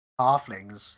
halflings